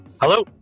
Hello